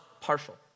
partial